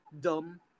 dumb